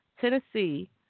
Tennessee